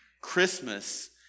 christmas